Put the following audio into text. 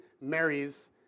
marries